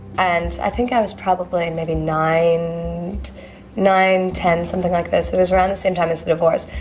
and i think i was probably and maybe nine nine, ten, something like this. it was around the same time as the divorce.